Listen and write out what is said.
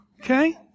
Okay